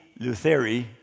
Lutheri